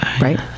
Right